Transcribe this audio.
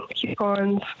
coupons